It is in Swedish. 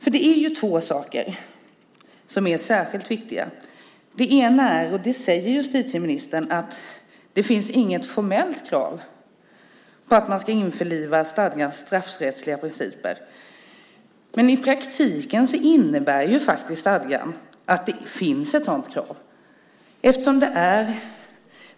Det är två saker som är särskilt viktiga. Det ena är, och det säger justitieministern, att det inte finns något formellt krav på att man ska införliva stadgans straffrättsliga principer. Men i praktiken innebär stadgan att det finns ett sådant krav.